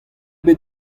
bet